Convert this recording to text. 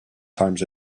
times